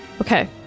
Okay